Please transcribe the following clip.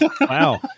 Wow